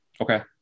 Okay